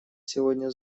сегодня